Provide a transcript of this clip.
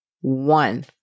one